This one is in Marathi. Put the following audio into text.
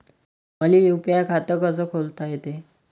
मले यू.पी.आय खातं कस खोलता येते?